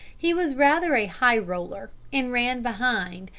he was rather a high roller, and ran behind,